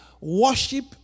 Worship